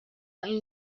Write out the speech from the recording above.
این